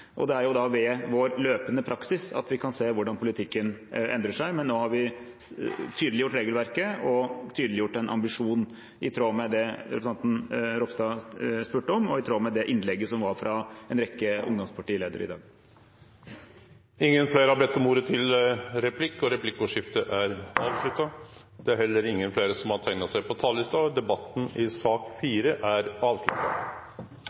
Det er ved vår løpende praksis at vi kan se hvordan politikken endrer seg. Men nå har vi tydeliggjort regelverket og tydeliggjort en ambisjon, i tråd med det representanten Ropstad spurte om, og i tråd med innlegg i dag fra en rekke tidligere ungdomspartiledere. Replikkordskiftet er omme. Fleire har ikkje bedt om ordet til sak nr. 4. Etter ønske frå utanriks- og forsvarskomiteen vil presidenten foreslå at debatten blir avgrensa til 1 time og 30 minutt, og